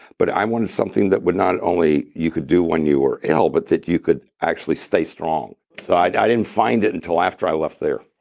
but i wanted something that would not only you could do when you were ill, but that you could actually stay strong. i didn't find it until after i left there.